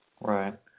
right